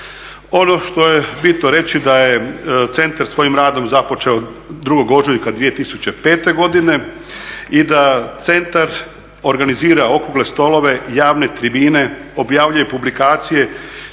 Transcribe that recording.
Ono što je bitno reći da je centar svojim radom započeo 2. ožujka 2005. godine i da centar organizira okrugle stolove, javne tribine, objavljuje publikacije